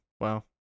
wow